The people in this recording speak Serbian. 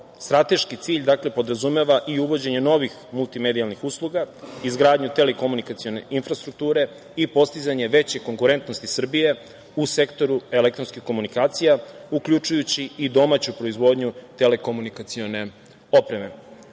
strateški cilj podrazumeva i uvođenje novih multimedijalnih usluga, izgradnju telekomunikacione infrastrukture i postizanje veće konkurentnosti Srbije u sektoru elektronskih komunikacija, uključujući i domaću proizvodnju telekomunikacione opreme,